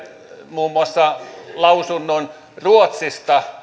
muun muassa lausunnon ruotsista